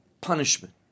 punishment